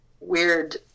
weird